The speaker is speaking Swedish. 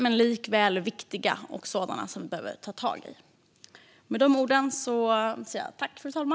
Men de är likväl viktiga och sådana som vi behöver ta tag i.